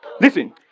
Listen